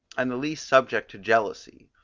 and the least subject to jealousy,